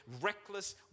reckless